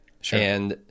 Sure